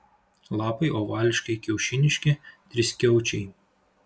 lapai ovališkai kiaušiniški triskiaučiai